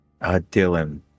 Dylan